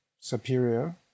superior